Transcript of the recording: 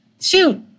shoot